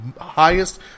highest